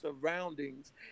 surroundings